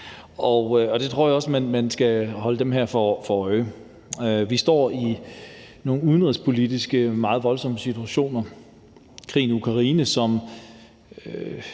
Og det tror jeg også man skal holde sig for øje i forhold til det her. Vi står i nogle udenrigspolitisk meget voldsomme situationer. Krigen i Ukraine er